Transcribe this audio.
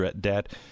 debt